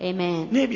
Amen